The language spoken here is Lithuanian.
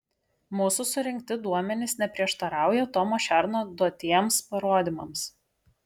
mūsų surinkti duomenys neprieštarauja tomo šerno duotiems parodymams